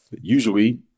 usually